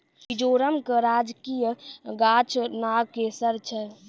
मिजोरम के राजकीय गाछ नागकेशर छै